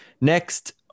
Next